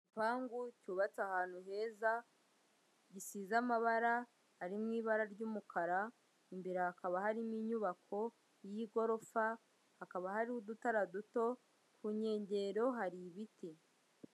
Igipangu cyubatse ahantu heza, gishize amabara ari mu ibara ry'umukara, imbere hakaba harimo inyubako y'igorofa, hakaba hariho udutara duto, ku nkengero hari ibiti.